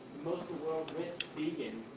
most of the world went vegan,